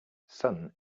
sun